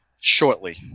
shortly